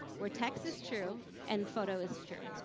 where text is true and photo is true.